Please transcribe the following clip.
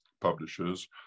publishers